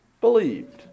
believed